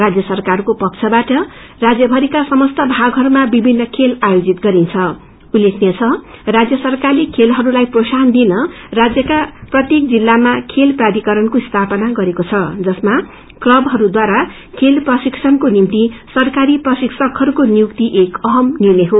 राजय सरकारको पक्षाबाट राज्य भरी समस्त भागहरूमा विभिन्न खेल आयोजित गरिन्छं उल्लेखनीय छ राज्य सरकारले खेलहरूलाई बढ़ावा दिन राज्यका प्रत्येक जिल्लमा खेल प्राधिकारणको स्थापना गरेको छ साथे क्लबहरूद्वार खेल प्रशिक्षणको निम्ति सरकारी प्रशिक्षकहरूको नियुक्ति एक अहम निर्णय हो